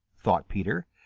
thought peter.